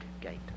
gate